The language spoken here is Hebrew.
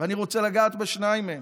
אני רוצה לגעת בשניים מהם: